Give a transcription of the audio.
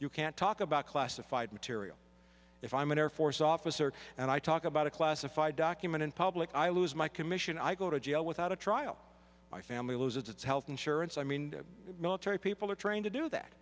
you can't talk about classified material if i'm an air force officer and i talk about a classified document in public i lose my commission i go to jail without a trial my family loses its health insurance i mean military people are trying to do that